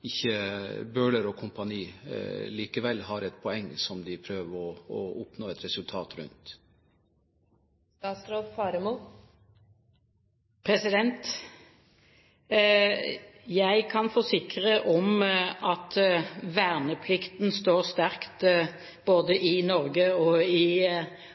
ikke Bøhler & co. likevel har et poeng som de prøver å oppnå et resultat ut fra. Jeg kan forsikre om at verneplikten står sterkt både i Norge og i